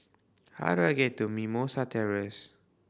how do I get to Mimosa Terrace